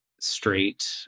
straight